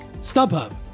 StubHub